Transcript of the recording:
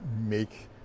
make